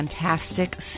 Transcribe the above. fantastic